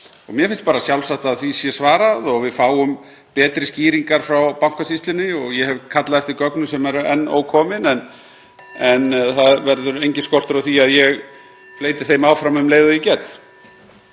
mér finnst bara sjálfsagt að því sé svarað og við fáum betri skýringar frá Bankasýslunni. Ég hef kallað eftir gögnum sem eru enn ókomin. (Forseti hringir.) En það verður enginn skortur á því að ég fleyti þeim áfram um leið og ég get.